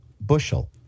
bushel